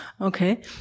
Okay